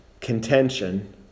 contention